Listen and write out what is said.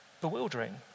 bewildering